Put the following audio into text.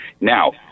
Now